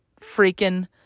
freaking